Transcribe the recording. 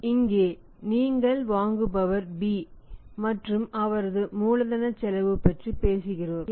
இப்போது இங்கே நீங்கள் வாங்குபவர் B மற்றும் அவரது மூலதன செலவு பற்றி பேசுகிறோம்